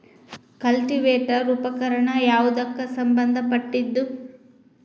Cultivator ಉಪಕರಣ ಯಾವದಕ್ಕ ಸಂಬಂಧ ಪಟ್ಟಿದ್ದು?